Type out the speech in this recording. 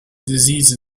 disease